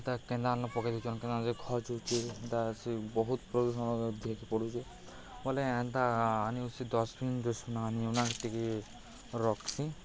ତା କେନ୍ଦା ଆନ ପକେଇ ଦେଉଚନ୍ କେନ୍ଦା ସେ ଖଚୁଚେ ତା ସେ ବହୁତ୍ ପ୍ରଦୂଷଣ ଦିହେକେ ପଡ଼ୁଚେ ବୋଲେ ଏନ୍ତା ଆନ ଉ ସେ ଡଷ୍ଟ୍ବିିନ୍ ଆନି ଉନା କରି ଟିକେ ରଖ୍ସି